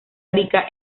rica